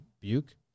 Buke